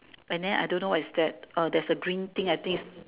and then I don't know what is that there's a green thing I think is